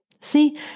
See